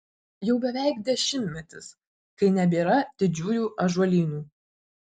jau beveik dešimtmetis kai nebėra didžiųjų ąžuolynų